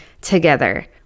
together